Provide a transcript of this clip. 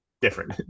different